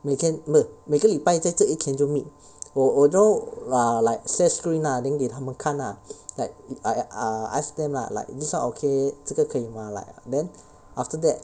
每天每每个礼拜在这一天就 meet 我我都 err like share screen lah then 给他们看 lah like I I I ask them lah like this one okay 这个可以吗 like then after that